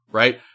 right